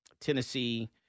Tennessee